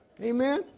Amen